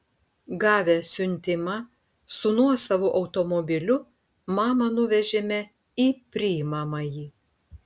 gavę siuntimą su nuosavu automobiliu mamą nuvežėme į priimamąjį